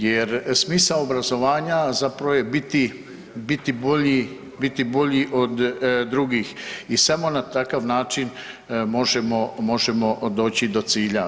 Jer smisao obrazovanja zapravo je biti, biti bolji, biti bolji od drugih i samo na takav način možemo, možemo doći do cilja.